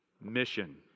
mission